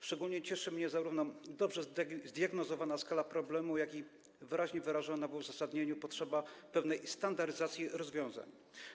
Szczególnie cieszy mnie zarówno dobrze zdiagnozowana skala problemu, jak i wyraźnie wyrażona w uzasadnieniu potrzeba pewnej standaryzacji rozwiązań.